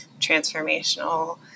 transformational